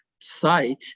site